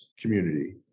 community